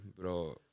bro